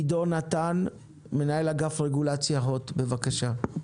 עידו נתן, מנהל אגף רגולציה בהוט, בבקשה.